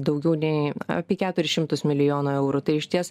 daugiau nei apie keturis šimtus milijonų eurų tai išties